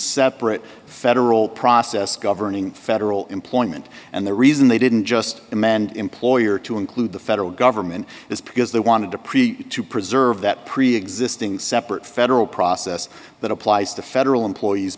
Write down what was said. separate federal process governing federal employment and the reason they didn't just amend employer to include the federal government is because they wanted to preach to preserve that preexisting separate federal process that applies to federal employees